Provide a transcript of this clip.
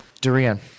Durian